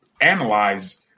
analyze